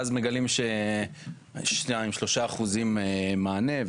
ואז מגלים ששניים-שלושה אחוזי מענה,